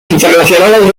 internacionales